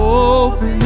open